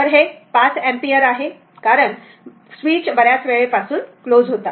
तर ते 5 अँपिअर आहे कारण स्विच बऱ्याच वेळेपासून क्लोज होता